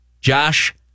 Josh